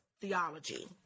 theology